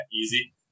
easy